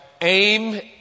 aim